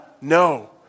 No